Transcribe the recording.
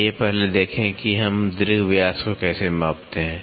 आइए पहले देखें कि हम दीर्घ व्यास को कैसे मापते हैं